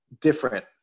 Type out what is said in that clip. different